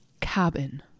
Cabin